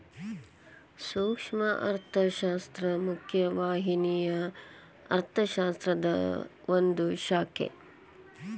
ಸೂಕ್ಷ್ಮ ಅರ್ಥಶಾಸ್ತ್ರ ಮುಖ್ಯ ವಾಹಿನಿಯ ಅರ್ಥಶಾಸ್ತ್ರದ ಒಂದ್ ಶಾಖೆ